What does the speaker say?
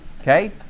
okay